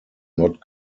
not